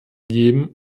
geben